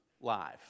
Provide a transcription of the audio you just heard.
live